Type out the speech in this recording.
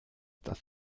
das